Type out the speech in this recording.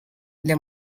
для